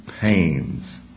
pains